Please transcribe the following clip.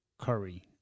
curry